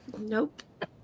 Nope